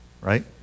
right